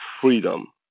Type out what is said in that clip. freedom